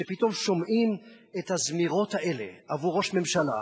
שפתאום שומעים את הזמירות האלה עבור ראש ממשלה.